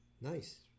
nice